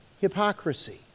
hypocrisy